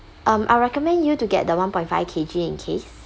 um I recommend you to get the one point five K_G in case